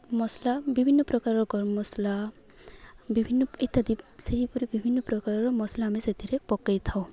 ମସଲା ବିଭିନ୍ନପ୍ରକାରର ଗରମମସଲା ବିଭିନ୍ନ ଇତ୍ୟାଦି ସେହିପରି ବିଭିନ୍ନପ୍ରକାରର ମସଲା ଆମେ ସେଥିରେ ପକାଇଥାଉ